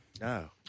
No